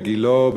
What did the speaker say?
בגילה,